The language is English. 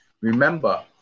remember